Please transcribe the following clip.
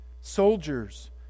Soldiers